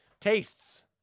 Tastes